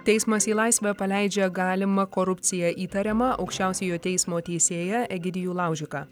teismas į laisvę paleidžia galima korupcija įtariamą aukščiausiojo teismo teisėją egidijų laužiką